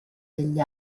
degli